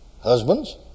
Husbands